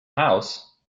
house